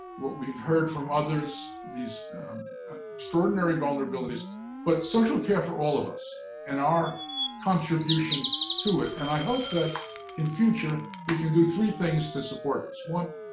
what we've heard from others these extraordinary vulnerabilities but social care for all of us and our contribution to it. and i hope that in future, we can do three things to support this. one,